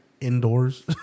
indoors